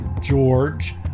George